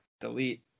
delete